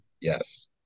yes